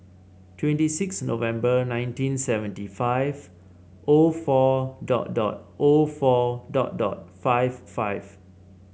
twenty six November nineteen seventy five O four dot dot O four dot dot five five